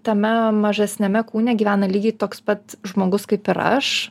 tame mažesniame kūne gyvena lygiai toks pat žmogus kaip ir aš